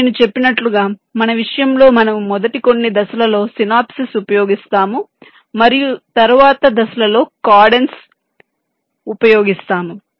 నేను చెప్పినట్లుగా మన విషయంలో మనము మొదటి కొన్ని దశలలో సినాప్సిస్ ఉపయోగిస్తాము మరియు తరువాతి దశలలో కాడెన్స్ ఉపయోగిస్తాము